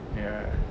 ya